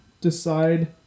decide